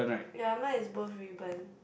ya mine is both ribbon